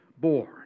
born